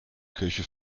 köche